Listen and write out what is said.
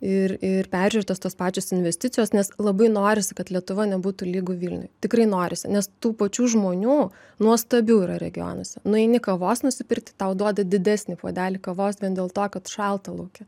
ir ir peržiūrėtos tos pačios investicijos nes labai norisi kad lietuva nebūtų lygu vilniui tikrai norisi nes tų pačių žmonių nuostabių yra regionuose nueini kavos nusipirkti tau duoda didesnį puodelį kavos vien dėl to kad šalta lauke